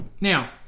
Now